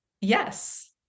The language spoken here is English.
yes